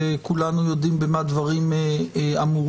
כולנו יודעים במה דברים אמורים,